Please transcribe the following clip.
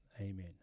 Amen